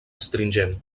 astringent